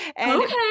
Okay